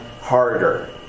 harder